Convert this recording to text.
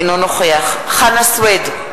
אינו נוכח חנא סוייד,